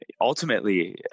ultimately